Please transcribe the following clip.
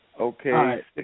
Okay